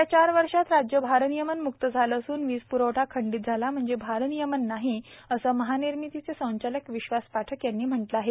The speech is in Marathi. गेल्या चार वर्षात राज्य भारनियमन म्क्त झालं असून वीज प्रवठा खंडित झाला म्हणजे भारनियमन नाही असं महानिर्मितीचे संचालक विश्वास पाठक यांनी म्हटलं आहे